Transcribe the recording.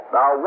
Now